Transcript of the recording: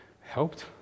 helped